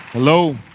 hello.